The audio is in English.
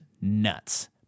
nuts